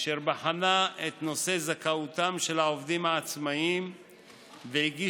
אשר בחנה את נושא זכאותם של העובדים העצמאים והגישה